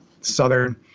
southern